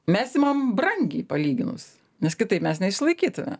mes imam brangiai palyginus nes kitaip mes neišsilaikytume